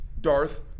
Darth